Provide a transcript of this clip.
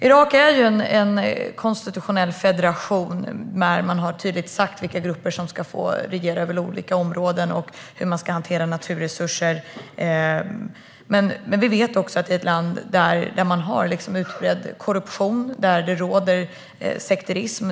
Irak är en konstitutionell federation som tydligt har sagt vilka grupper som ska få regera över olika områdena och hur man ska hantera naturresurser. Men vi vet också att det är ett land med utbredd korruption och där det råder sekterism.